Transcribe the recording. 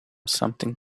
something